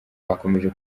bakomeje